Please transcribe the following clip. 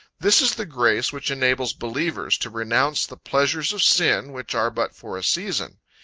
this is the grace which enables believers to renounce the pleasures of sin, which are but for a season.